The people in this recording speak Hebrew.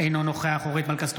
אינו נוכח אורית מלכה סטרוק,